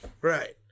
Right